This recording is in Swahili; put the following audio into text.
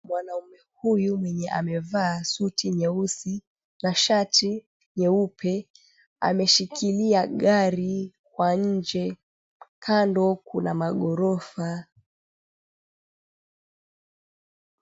Mwanaume huyu mwenye amevaa suti nyeusi na shati nyeupe ameshikilia gari kwa nje, kando kuna maghorofa.